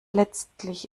letztlich